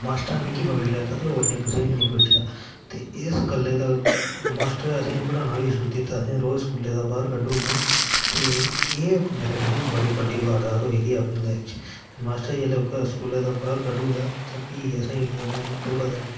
ते मास्टरै मिगी पकड़ी लैता ते होर कुसै बी नेईं पुच्छेआ ते इस गल्लै दा मास्टर असें गी पढ़ाना बी छुड़ी दित्ता असें ई रोज़ स्कूलै दा बाह्र कड्डी ओड़ना ते एह् मेरे कन्नै बड़ी बड्डी वारदात होई दी ऐ अपने टाईम च मास्टर जिसलै ओह्का स्कूलै दा बाह्र कड्डी ओड़ेआ फ्ही उ'न्नै असेंगी पूरा दिन